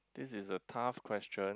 this is a tough question